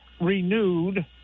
renewed